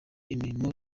imirimo